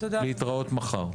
להתראות מחר.